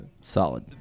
Solid